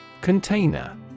Container